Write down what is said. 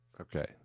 Okay